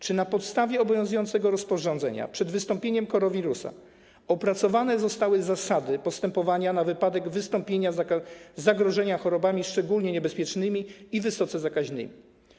Czy na podstawie obowiązującego rozporządzenia przed pojawieniem się koronawirusa opracowane zostały zasady postępowania na wypadek wystąpienia zagrożenia chorobami szczególnie niebezpiecznymi i wysoce zakaźnymi?